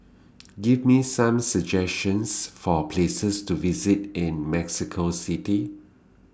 Give Me Some suggestions For Places to visit in Mexico City